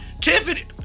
Tiffany